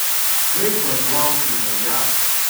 kaip aš laukiu naujako